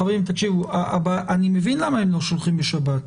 חברים, תקשיבו, אני מבין למה הם לא שולחים בשבת,